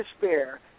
despair